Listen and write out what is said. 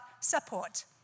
support